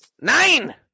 Nine